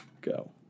go